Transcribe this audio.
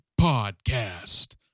Podcast